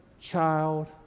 child